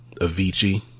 Avicii